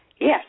Yes